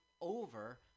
over